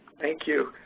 thank you.